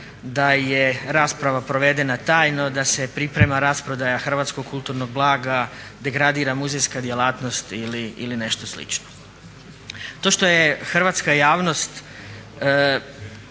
da je rasprava provedena tajno da se priprema rasprodaja hrvatskog kulturnog blaga, degradira muzejska djelatnost ili nešto slično. To što je hrvatska javnost